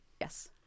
Yes